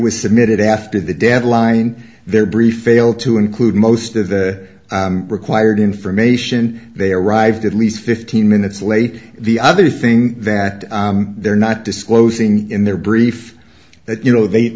was submitted after the deadline their brief failed to include most of the required information they arrived at least fifteen minutes late the other thing that they're not disclosing in their brief that you know they